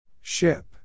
Ship